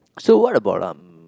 so what about um